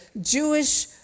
Jewish